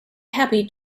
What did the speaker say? happy